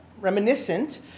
reminiscent